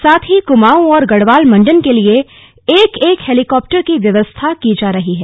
साथ ही कुमांऊ और गढ़वाल मण्डल के लिए एक एक हैलीकॉप्टर की व्यवस्था की जा रही है